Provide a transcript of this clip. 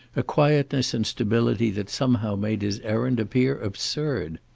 a quietness and stability that somehow made his errand appear absurd.